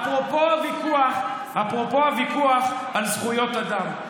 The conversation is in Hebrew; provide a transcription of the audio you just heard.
אפרופו הוויכוח על זכויות אדם,